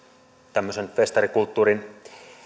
tämmöisen festarikulttuurin